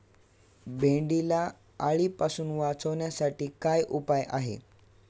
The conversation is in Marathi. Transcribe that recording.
भेंडीला अळीपासून वाचवण्यासाठी काय उपाय आहे?